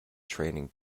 training